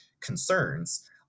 concerns